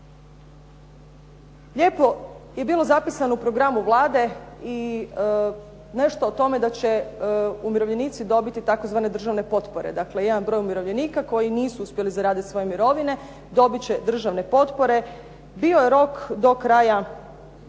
lijepo je bilo zapisano u programu Vlade i nešto o tome da će umirovljenici dobiti tzv. državne potpore, dakle jedan broj umirovljenika koji nisu uspjeli zaraditi svoje mirovine, dobit će državne potpore. Bio je rok do kraja